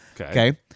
okay